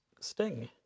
sting